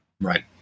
Right